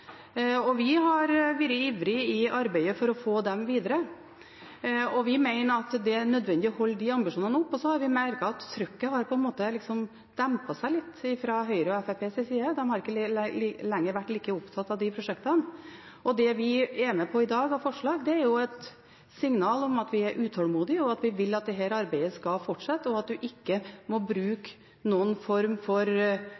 Vi har vært ivrige i arbeidet for å få dem videre. Vi mener det er nødvendig å holde de ambisjonene oppe, men så har vi merket at trykket har dempet seg litt fra Høyres og Fremskrittspartiets side. De har ikke lenger vært like opptatt av de prosjektene. Det forslaget vi er med på i dag, gir et signal om at vi er utålmodige, at vi vil at dette arbeidet skal fortsette, og at en ikke må